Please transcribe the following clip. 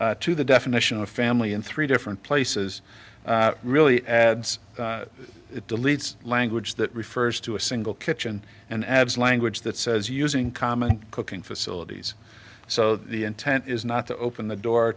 to the definition of family in three different places really adds it deletes language that refers to a single kitchen and adds language that says using common cooking facilities so the intent is not to open the door